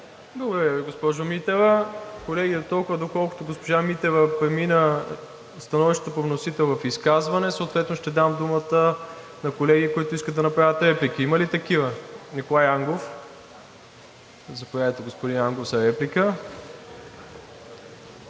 Ви, госпожо Митева. Колеги, дотолкова, доколкото госпожа Митева премина становището по вносител в изказване, съответно ще дам думата на колеги, които искат да направят реплики. Има ли такива? Николай Ангов. Заповядайте, господин Ангов, за реплика.